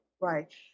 Right